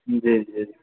जी जी